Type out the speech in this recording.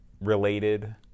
related